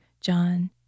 John